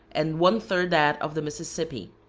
and one third that of the mississippi.